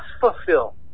fulfill